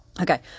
Okay